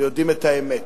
ויודעים את האמת: